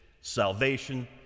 Salvation